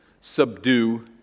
subdue